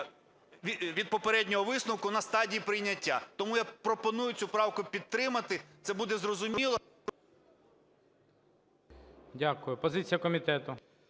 від попереднього висновку на стадії прийняття. Тому я пропоную цю правку підтримати. Це буде зрозуміло… ГОЛОВУЮЧИЙ. Дякую. Позиція комітету.